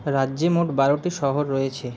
রাজ্যে মোট বারোটি শহর রয়েছে